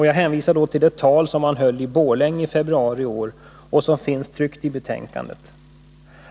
Jag hänvisar då till det tal som han höll i Borlänge i februari iår och som finns sammanfattat i betänkandet.